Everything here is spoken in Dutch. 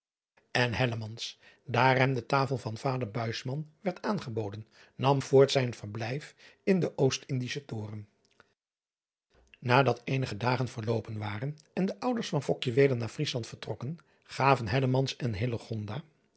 n daar hem de tafel van vader werd aangeboden nam voorts zijn verblijf in den ost ndischen oren adat eenige dagen verloopen waren en de ouders van weder na riesland vertrokken gaven en